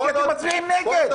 כי אתם מצביעים נגד,